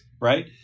right